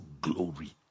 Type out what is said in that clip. glory